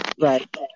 right